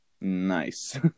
Nice